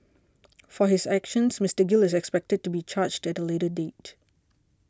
for his actions Mister Gill is expected to be charged at a later date